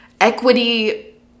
equity